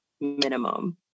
minimum